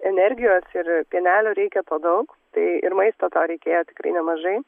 energijos ir pienelio reikia daug tai ir maisto to reikėjo tikrai nemažai